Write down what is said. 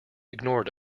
ignored